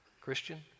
Christian